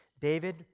David